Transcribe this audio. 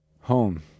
Home